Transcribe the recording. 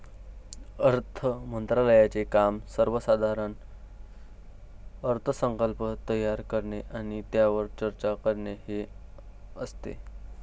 अर्थ मंत्रालयाचे काम सर्वसाधारण अर्थसंकल्प तयार करणे आणि त्यावर चर्चा करणे हे असते